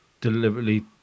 deliberately